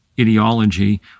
Ideology